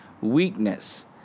weakness